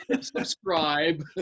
subscribe